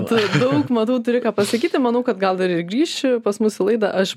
tu daug matau turi ką pasakyti manau kad gal ir grįši pas mus į laidą aš